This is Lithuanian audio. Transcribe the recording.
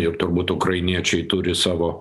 ir turbūt ukrainiečiai turi savo